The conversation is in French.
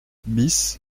bis